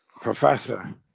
Professor